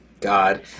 God